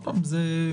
שוב,